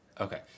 Okay